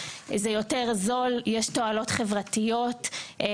יש תועלות חברתיות,